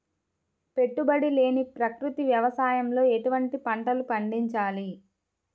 పెట్టుబడి లేని ప్రకృతి వ్యవసాయంలో ఎటువంటి పంటలు పండించాలి?